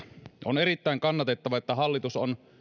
on erittäin kannatettavaa että hallitus on